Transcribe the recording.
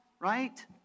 right